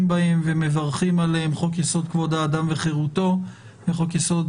בהם ומברכים עליהם: חוק-יסוד: כבוד האדם וחירותו וחוק-יסוד: